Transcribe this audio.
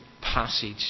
passage